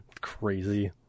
Crazy